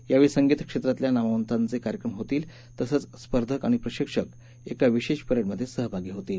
यावेळी संगीत क्षेत्रातल्या नामवंतांचे कार्यक्रम होतील तसंच स्पर्धक आणि प्रशिक्षक एका विशेष परेड मध्ये सहभागी होतील